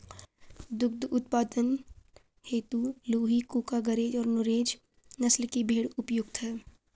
दुग्ध उत्पादन हेतु लूही, कूका, गरेज और नुरेज नस्ल के भेंड़ उपयुक्त है